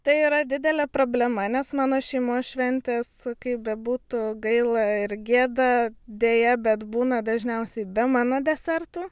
tai yra didelė problema nes mano šeimos šventės kaip bebūtų gaila ir gėda deja bet būna dažniausiai be mano desertų